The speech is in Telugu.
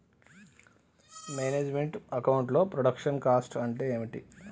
మేనేజ్ మెంట్ అకౌంట్ లో ప్రొడక్షన్ కాస్ట్ అంటే ఏమిటి?